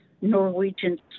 Norwegian